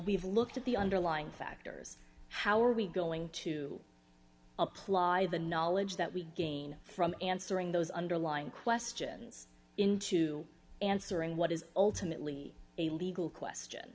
we've looked at the underlying factors how are we going to apply the knowledge that we gain from answering those underlying questions into answering what is ultimately a legal question